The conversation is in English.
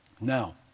Now